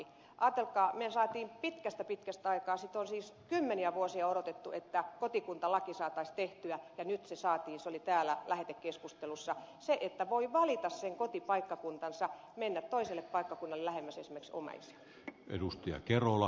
ajatelkaa me saimme sen pitkän pitkän ajan jälkeen sitä on siis kymmeniä vuosia odotettu että kotikuntalaki saataisiin tehtyä ja nyt se saatiin se oli täällä lähetekeskustelussa se että voi valita kotipaikkakuntansa mennä toiselle paikkakunnalle lähemmäs esimerkiksi omaisia